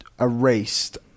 erased